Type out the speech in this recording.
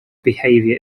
behaviour